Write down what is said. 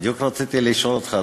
בדיוק רציתי לשאול אותך,